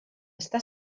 està